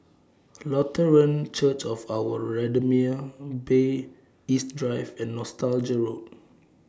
Lutheran Church of Our Redeemer Bay East Drive and Nostalgia Road